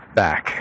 back